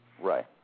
Right